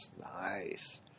Nice